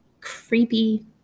creepy